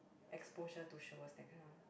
exposure to shows that kind of